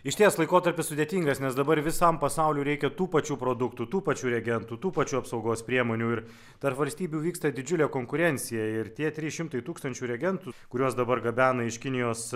išties laikotarpis sudėtingas nes dabar visam pasauliui reikia tų pačių produktų tų pačių reagentų tų pačių apsaugos priemonių ir tarp valstybių vyksta didžiulė konkurencija ir tie trys šimtai tūkstančių reagentų kuriuos dabar gabena iš kinijos